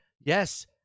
yes